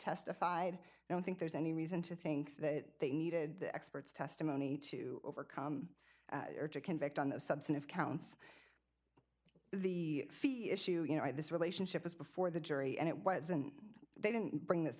testified i don't think there's any reason to think that they needed the experts testimony to overcome or to convict on the substantive counts the fee issue you know this relationship was before the jury and it wasn't they didn't bring this